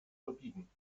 verbiegen